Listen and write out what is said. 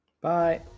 Bye